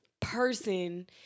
person